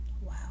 Wow